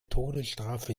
todesstrafe